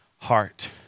heart